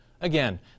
Again